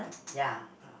ya